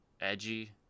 edgy